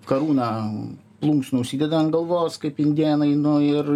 karūną plunksnų užsideda ant galvos kaip indėnai nu ir